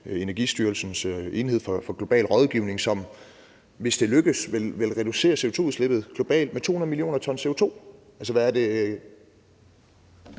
Energistyrelsens Center for Global Rådgivning har med kineserne. Hvis det lykkes, vil det reducere CO2-udslippet globalt med 200 mio. t CO2. Det er ti